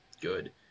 good